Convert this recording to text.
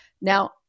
Now